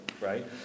right